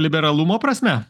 liberalumo prasme